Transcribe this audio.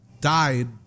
died